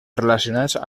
relacionats